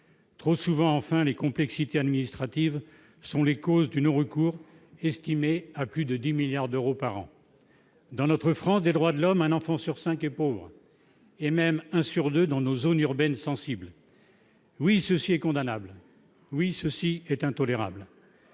trop souvent, enfin les complexités administratives sont les causes du non-recours estimée à plus de 10 milliards d'euros par an dans notre France des droits de l'homme, un enfant sur 5 est pauvre et même un sur 2 dans nos zones urbaines sensibles, oui, ceci est condamnable, oui, ceci est intolérable,